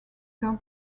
term